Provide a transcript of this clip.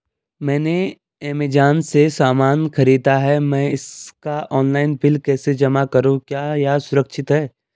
मैंने ऐमज़ान से सामान खरीदा है मैं इसका ऑनलाइन बिल कैसे जमा करूँ क्या यह सुरक्षित है?